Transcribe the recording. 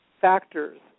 factors